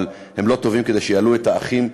אבל הם לא טובים כדי שיעלו את האחים,